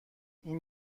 این